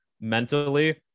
mentally